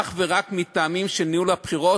אך ורק מטעמים של ניהול הבחירות,